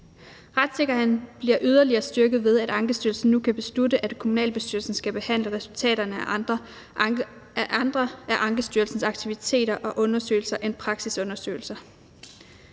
Retssikkerheden bliver yderligere styrket, ved at Ankestyrelsen nu kan beslutte, at kommunalbestyrelsen skal behandle resultaterne af andre af Ankestyrelsens aktiviteter og undersøgelser end praksisundersøgelser.